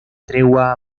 tregua